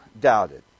doubted